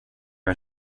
jag